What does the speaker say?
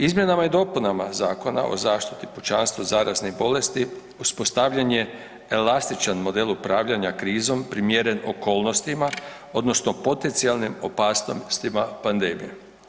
Izmjenama i dopunama Zakona o zaštiti pučanstva od zaraznih bolesti uspostavljen je elastičan model upravljanja krizom primjeren okolnostima odnosno potencionalnim opasnostima pandemije.